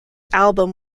album